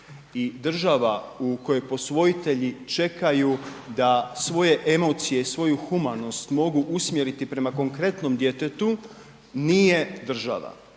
država u kojoj posvojitelji čekaju da svoje emocije i svoju humanost mogu usmjeriti prema konkretnom djetetu, nije država.